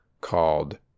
called